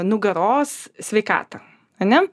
nugaros sveikatą ane